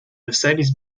mercedes